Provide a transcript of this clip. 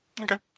Okay